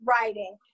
writing